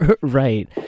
Right